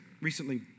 recently